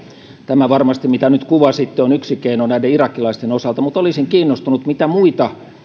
tämä varmasti mitä nyt kuvasitte on yksi keino näiden irakilaisten osalta mutta olisin kiinnostunut kuulemaan mitä muita